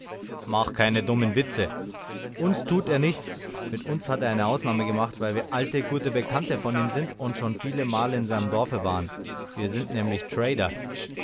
macht keine dummen witze uns tut er nichts mit uns hat er eine ausnahme gemacht weil wir alte gute bekannte von ihm sind und schon viele male in seinem dorfe waren wir sind nämlich trader